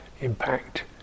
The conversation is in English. impact